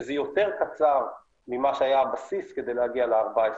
שזה יותר קצר ממה שהיה הבסיס כדי להגיע ל-14.